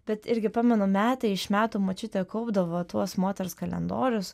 bet irgi pamenu metai iš metų močiutė kaupdavo tuos moters kalendorius